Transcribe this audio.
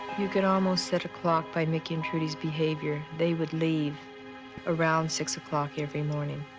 you could almost set a clock by mickey and trudy's behavior. they would leave around six o'clock every morning.